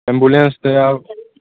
ambulance सॅं आउ